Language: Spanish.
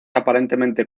aparentemente